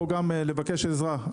באתי לכאן לבקש עזרה.